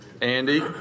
Andy